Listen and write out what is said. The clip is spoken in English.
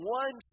one